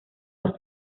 los